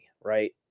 right